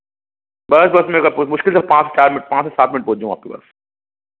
बस बस मैको प मुश्किल से पाँच चार मिनट पाँच से सात मिनट में पहुँच जाऊँगा आपके पास